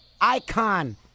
icon